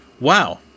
wow